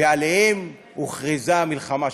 ועליהן הוכרזה מלחמה.